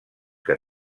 que